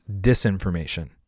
disinformation